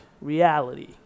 reality